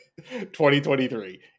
2023